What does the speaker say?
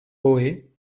poe